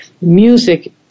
music